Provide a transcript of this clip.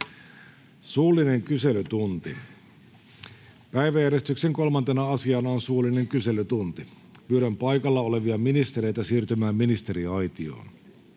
Time: N/A Content: Päiväjärjestyksen 3. asiana on suullinen kyselytunti. Pyydän paikalla olevia ministereitä siirtymään ministeriaitioon.